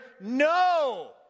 No